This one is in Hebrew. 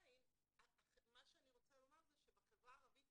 רוצה לומר שבחברה הערבית